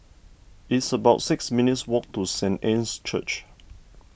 it's about six minutes' walk to Saint Anne's Church